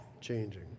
changing